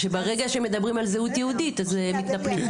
שברגע שמדברים על זהות יהודית אז מתנפלים.